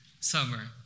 summer